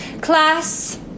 Class